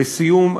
לסיום,